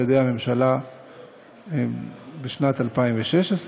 על ידי הממשלה בשנת 2016,